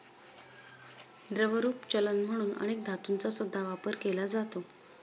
द्रवरूप चलन म्हणून अनेक धातूंचा सुद्धा वापर केला जातो